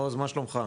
מעוז, מה שלומך?